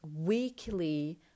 weekly